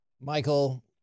Michael